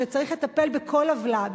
שצריך לטפל בכל עוולה,